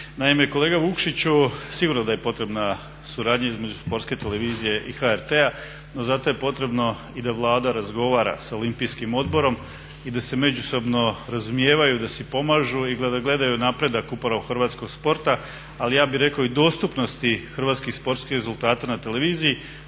Naime, kolega Vukšiću sigurno da je potrebna suradnja između Sportske televizije i HRT-a, no za to je potrebno i da Vlada razgovara sa Olimpijskim odborom i da se međusobno razumijevaju, da si pomažu i da gledaju napredak upravo hrvatskog sporta ali ja bih rekao i dostupnosti hrvatskih sportskih rezultata na televiziji.